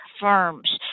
firms